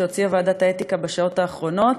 שהוציאה ועדת האתיקה בשעות האחרונות